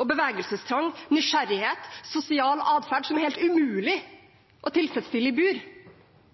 og bevegelsestrang, nysgjerrighet og sosial atferd som er helt umulig å tilfredsstille i bur.